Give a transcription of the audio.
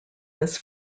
this